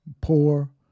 poor